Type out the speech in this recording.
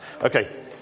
okay